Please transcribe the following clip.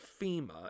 FEMA